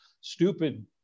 stupid